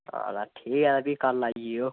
साला ठीक ऐ फ्ही कल आई जाएओ